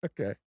Okay